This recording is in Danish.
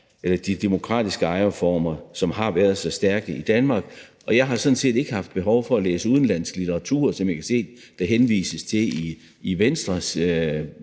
de demokratiske ejerformer, som har været så stærke i Danmark. Og jeg har sådan set ikke haft behov for at læse udenlandsk litteratur, som jeg kan se der henvises til i Venstres